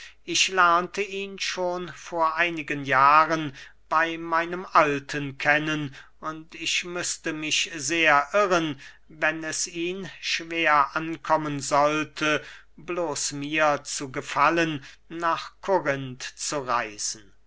ich lernte ihn schon vor einigen jahren bey meinem alten kennen und ich müßte mich sehr irren wenn es ihn schwer ankommen sollte bloß mir zu gefallen nach korinth zu reisen